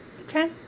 Okay